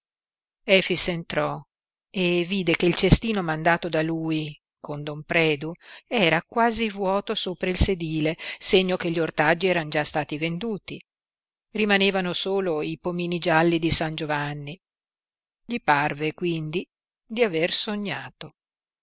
efix entrò e vide che il cestino mandato da lui con don predu era quasi vuoto sopra il sedile segno che gli ortaggi eran già stati venduti rimanevano solo i pomini gialli di san giovanni gli parve quindi di aver sognato